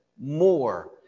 more